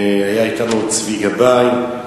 היה אתנו צבי גבאי,